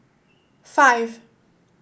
five